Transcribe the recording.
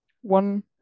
one